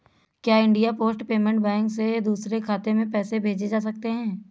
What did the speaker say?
क्या India post payment bank से दूसरे खाते में पैसे भेजे जा सकते हैं?